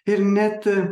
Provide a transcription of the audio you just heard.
ir net